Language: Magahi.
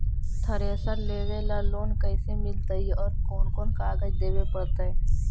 थरेसर लेबे ल लोन कैसे मिलतइ और कोन कोन कागज देबे पड़तै?